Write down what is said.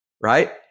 right